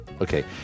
Okay